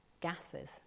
gases